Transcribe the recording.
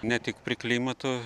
ne tik prie klimato